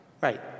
Right